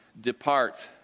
Depart